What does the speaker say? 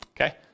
Okay